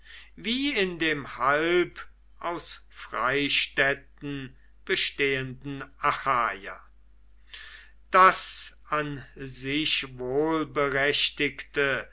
sie in dem halb aus freistädten bestehenden achaia das an sich